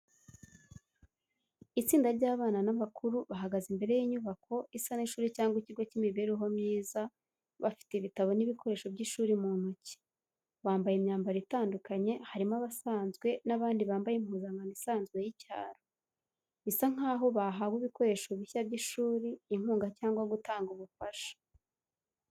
Itsinda ry'abana n'abakuru, bahagaze imbere y'inyubako isa n'ishuri cyangwa ikigo cy'imibereho myiza bafite ibitabo n’ibikoresho by’ishuri mu ntoki. Bambaye imyambaro itandukanye, harimo abasanzwe n’abandi bambaye impuzankano isanzwe y’icyaro. Bisa nk’aho bahawe ibikoresho bishya by’ishuri, inkunga cyangwa gutanga ubufasha.